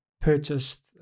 purchased